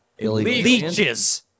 leeches